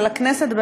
של הכנסת,